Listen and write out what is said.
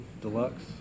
deluxe